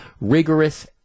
rigorous